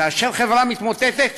כאשר חברה מתמוטטת,